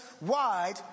wide